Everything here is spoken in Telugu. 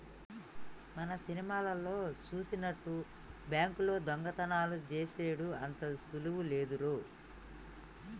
మన సినిమాలల్లో జూపినట్టు బాంకుల్లో దొంగతనాలు జేసెడు అంత సులువు లేదురో